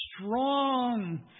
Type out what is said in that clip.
strong